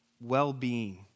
well-being